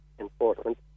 enforcement